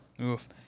Oof